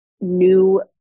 new